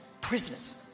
prisoners